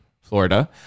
Florida